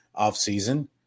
offseason